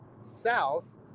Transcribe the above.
south